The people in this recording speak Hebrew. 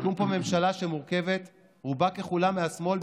תקום פה ממשלה שמורכבת רובה ככולה מהשמאל,